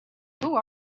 who